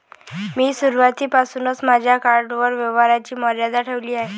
मी सुरुवातीपासूनच माझ्या कार्डवर व्यवहाराची मर्यादा ठेवली आहे